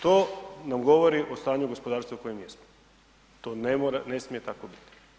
To nam govori o stanju gospodarstva u kojem jesmo, to ne smije tako biti.